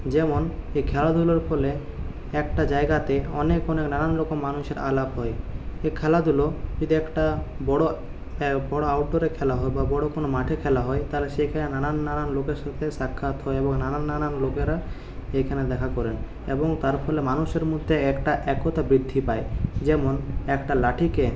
যেমন এ খেলাধুলার ফলে একটা জায়গাতে অনেক অনেক নানান রকম মানুষের আলাপ হয় এ খেলাধুলো যদি একটা বড়ো বড়ো আউটডোরে খেলা হয় বা বড়ো কোনো মাঠে খেলা হয় তাহলে সেখানে নানান নানান লোকের সাথে সাক্ষাৎ হয় এবং নানান নানান লোকেরা এখানে দেখা করেন এবং তার ফলে মানুষের মধ্যে একটা একতা বৃদ্ধি পায় যেমন একটা লাঠিকে